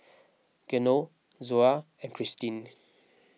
Geno Zoa and Christene